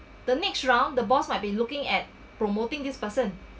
the next round the boss might be looking at promoting this person